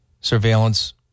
surveillance